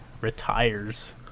retires